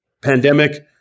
pandemic